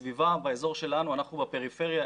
אנחנו בפריפריה,